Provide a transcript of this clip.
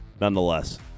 nonetheless